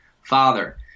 father